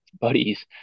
buddies